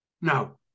Now